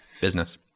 business